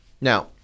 Now